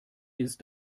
ist